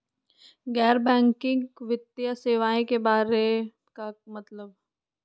गैर बैंकिंग वित्तीय सेवाए के बारे का मतलब?